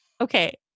okay